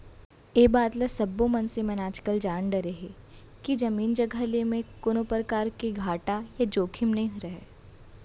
ए बात ल सब्बो मनसे मन आजकाल जान डारे हें के जमीन जघा के लेहे म कोनों परकार घाटा या जोखिम नइ रहय